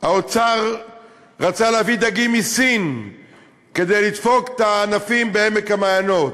האוצר רצה להביא דגים מסין כדי לדפוק את הענפים בעמק-המעיינות,